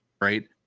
right